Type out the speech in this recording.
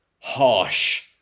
Harsh